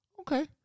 okay